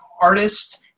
artist